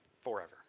forever